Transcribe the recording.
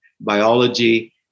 biology